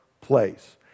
place